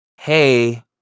Hey